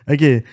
Okay